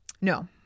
No